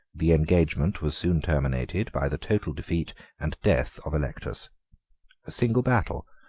the engagement was soon terminated by the total defeat and death of allectus a single battle,